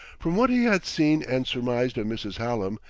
from what he had seen and surmised of mrs. hallam,